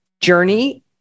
journey